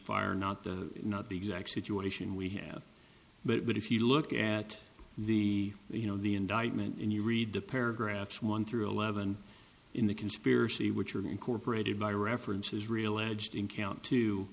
fire not the not the exact situation we have but if you look at the you know the indictment and you read the paragraphs one through eleven in the conspiracy which are incorporated by reference israel edged in count t